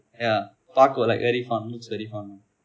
ya பார்க்க:paarka like very fun looks very fun ya